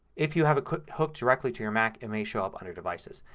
if you have it hooked hooked directly to your mac it may show up under devices.